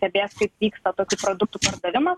stebės kaip vyksta tokių produktų pardavimas